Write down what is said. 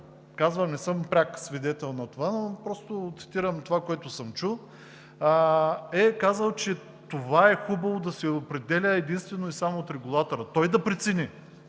казва – не съм пряк свидетел на това, но цитирам това, което съм чул – е казал, че: „това е хубаво да се определя единствено и само от регулатора, той да прецени